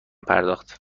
پرداخت